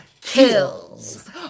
kills